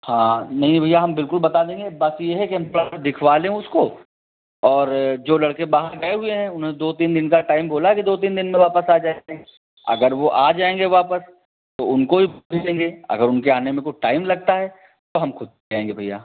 हाँ नहीं भैया हम बिल्कुल बता देंगे बात यह है कि हम थोड़ा सा दिखवा लें उसको और जो लड़के बाहर गए हुए हैं उन्होंने दो तीन दिन का टाइम बोला है कि दो तीन दिन में वापस आ जाएंगे अगर वह आ जाएंगे वापस तो उनको ही भेज देंगे अगर उनके आने में कुछ टाइम लगता है तो हम ख़ुद आएंगे भैया